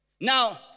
Now